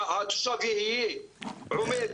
שהתושב יהיה עומד מול גוף ציבורי.